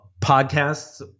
podcasts